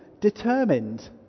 determined